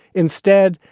instead,